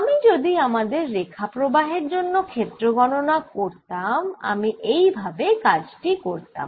আমি যদি আমাদের রেখা প্রবাহের জন্য ক্ষেত্র গণনা করতাম আমি এই ভাবে কাজটি করতাম